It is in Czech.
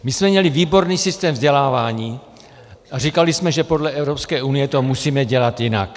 My jsme měli výborný systém vzdělávání a říkali jsme, že podle Evropské unie to musíme dělat jinak.